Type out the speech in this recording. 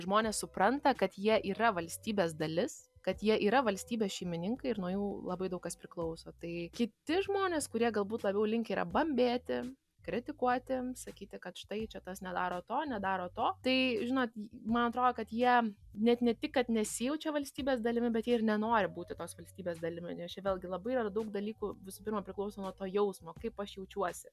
žmonės supranta kad jie yra valstybės dalis kad jie yra valstybės šeimininkai ir nuo jų labai daug kas priklauso tai kiti žmonės kurie galbūt labiau linkę yra bambėti kritikuoti sakyti kad štai čia tas nedaro to nedaro to tai žinot man atrodo kad jie net ne tik kad nesijaučia valstybės dalimi bet jie ir nenori būti tos valstybės dalimi nes čia vėlgi labai yra daug dalykų visų pirma priklauso nuo to jausmo kaip aš jaučiuosi